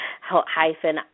hyphen